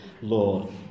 Lord